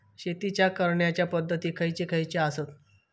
शेतीच्या करण्याचे पध्दती खैचे खैचे आसत?